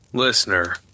listener